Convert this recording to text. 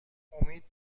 امید